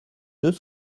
deux